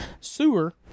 sewer